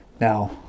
now